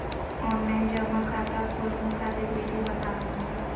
Online जमा खाता खोलहु खातिर विधि बताहु हो?